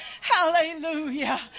Hallelujah